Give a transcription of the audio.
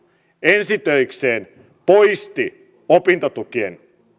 ensi töikseen poisti opintotukien